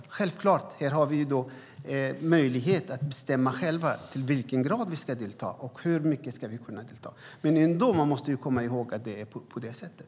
Vi har självklart möjlighet att själva bestämma i vilken grad vi ska delta och hur mycket vi ska delta. Men man måste ändå komma ihåg att det är på det sättet.